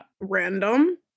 random